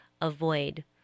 avoid